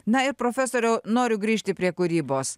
na ir profesoriau noriu grįžti prie kūrybos